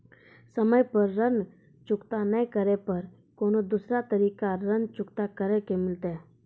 समय पर ऋण चुकता नै करे पर कोनो दूसरा तरीका ऋण चुकता करे के मिलतै?